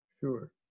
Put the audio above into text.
sure